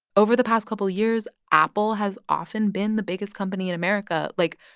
over the past couple of years, apple has often been the biggest company in america. like,